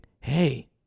hey